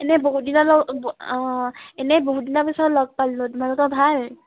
এনেই বহুত দিনা লগ অঁ এনেই বহুত দিনৰ পিছত লগ পালোঁ তোমালোকৰ ভাল